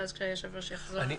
ואז כשהיושב-ראש יחזור,